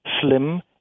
slim